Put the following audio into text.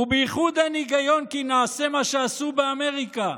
ובייחוד אין היגיון כי נעשה מה שעשו באמריקה: